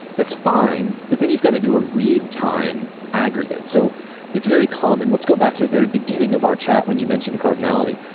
that's fine, but then you've got to do a read time aggregate. so it's very common. let's go back to the very beginning of our chat when you mentioned cardinality.